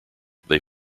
they